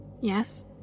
Yes